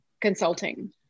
Consulting